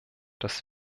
das